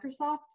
Microsoft